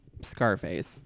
Scarface